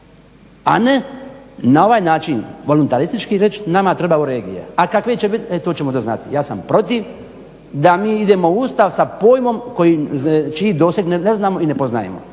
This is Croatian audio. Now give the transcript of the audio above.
a ne na ovaj način voluntaristički reći nama trebaju regije. A kakve će biti? E to ćemo onda znati. Ja sam protiv da mi idemo u Ustav sa pojmom čiji doseg ne znamo i ne poznajemo.